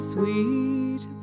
Sweet